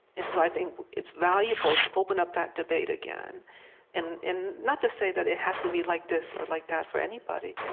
and so i think it's valuable to open up that debate again and not to say that it has to be like this or like that, for anybody,